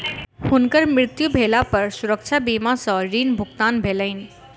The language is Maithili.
हुनकर मृत्यु भेला पर सुरक्षा बीमा सॅ ऋण भुगतान भेलैन